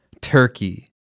turkey